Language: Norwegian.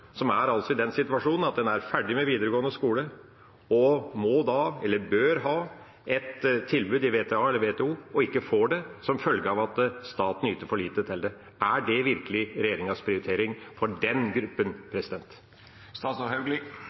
er i den situasjonen at en er ferdig med videregående skole, og bør få et tilbud om VTA eller VTO, men ikke får det, som følge av at staten yter for lite til det? Er det virkelig regjeringas prioritering når det gjelder den gruppen?